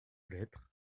lettre